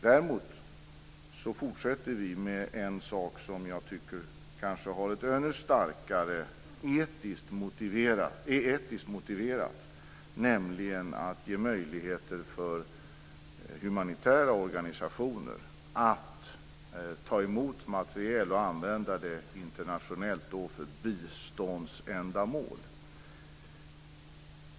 Däremot fortsätter vi med en sak som jag tycker kanske ännu starkare är etiskt motiverat, nämligen att ge möjligheter för humanitära organisationer att ta emot materiel och använda den internationellt i biståndsändamål.